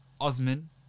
Osman